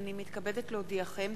הנני מתכבדת להודיעכם,